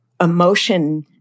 Emotion